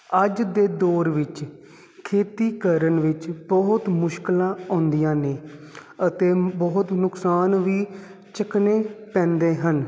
ਅੱਜ ਦੇ ਦੌਰ ਵਿੱਚ ਖੇਤੀ ਕਰਨ ਵਿੱਚ ਬਹੁਤ ਮੁਸ਼ਕਿਲਾਂ ਆਉਂਦੀਆਂ ਨੇ ਅਤੇ ਬਹੁਤ ਨੁਕਸਾਨ ਵੀ ਚੱਕਣੇ ਪੈਂਦੇ ਹਨ